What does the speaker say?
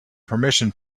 permission